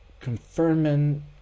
confirming